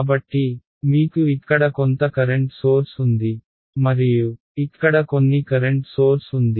కాబట్టి మీకు ఇక్కడ కొంత కరెంట్ సోర్స్ ఉంది మరియు ఇక్కడ కొన్ని కరెంట్ సోర్స్ ఉంది